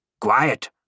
Quiet